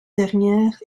dernière